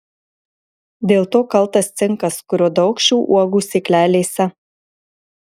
dėl to kaltas cinkas kurio daug šių uogų sėklelėse